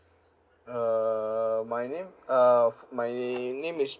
err my name uh my name is